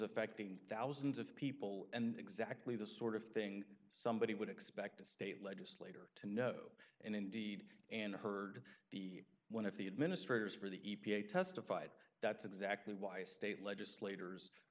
affecting thousands of people and exactly the sort of thing somebody would expect a state legislator to know and indeed and heard the one of the administrators for the e p a testified that's exactly why state legislators